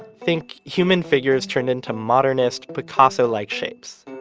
think human figures turned into modernist picasso like shapes.